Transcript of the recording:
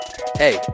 Hey